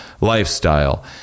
lifestyle